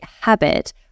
habit